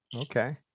Okay